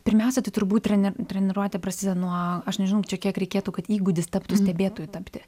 pirmiausia tai turbūt trenir treniruotė prasideda nuo aš nežinau kiek reikėtų kad įgūdis taptų stebėtoju tapti